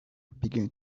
began